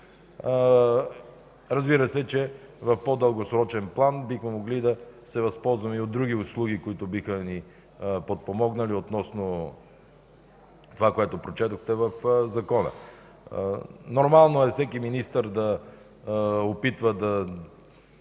Разбира се, че в по-дългосрочен план бихме могли да се възползваме и от други услуги, които биха ни подпомогнали относно това, което прочетохте в закона. Нормално е всеки министър да опитва да